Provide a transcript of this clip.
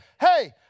hey